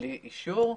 בלי אישור.